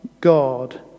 God